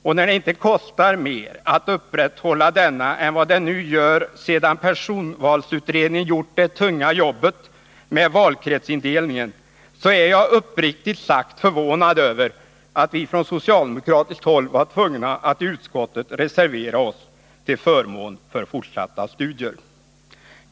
Och när det inte kostar mer att upprätthålla denna än vad det nu gör, sedan personvalsutredningen gjort det tunga jobbet med valkretsindelningen, är jag uppriktigt sagt förvånad över att vi från socialdemokratiskt håll var tvungna att i utskottet reservera oss till förmån för fortsatta studier.